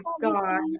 god